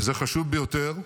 וזה חשוב ביותר,